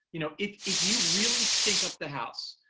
you know if if you really stink up the house,